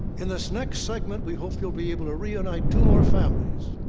in this next segment, we hope you'll be able to reunite two more families.